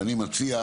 ואני מציע